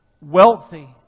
wealthy